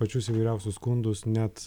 pačius įvairiausius skundus net